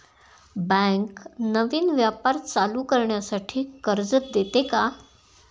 Bank नवीन व्यापार चालू करण्यासाठी कर्ज देते का?